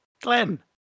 Glenn